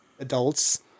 adults